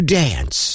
dance